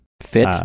fit